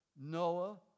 Noah